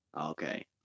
Okay